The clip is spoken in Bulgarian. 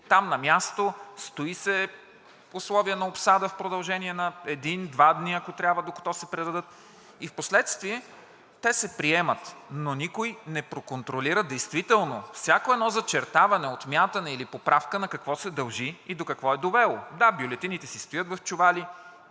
там на място се стои в условия на обсада в продължение на един-два дни, ако трябва, докато се предадат, и впоследствие те се приемат, но никой не проконтролира действително всяко едно зачертаване, отмятане или поправка на какво се дължи и до какво е довело. Да, бюлетините си стоят в чували,